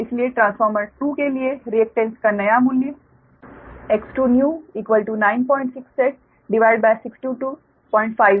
इसलिए ट्रांसफार्मर 2 के लिए रिएक्टेन्स का नया मूल्य X2new968your 625 है